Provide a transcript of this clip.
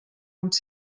uns